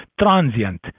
transient